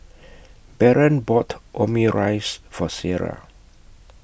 Baron bought Omurice For Sierra